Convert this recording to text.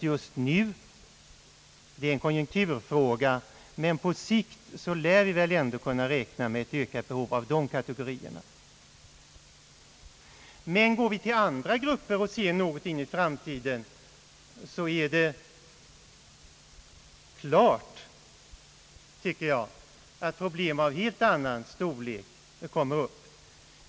Just nu är det besvärligt, men på sikt lär vi väl ändå kunna räkna med ett ökat behov när det gäller dessa båda kategorier. Men går vi till andra grupper och söker se in i framtiden, tycker jag att problem av helt annan storlek kommer upp.